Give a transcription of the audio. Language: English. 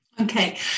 okay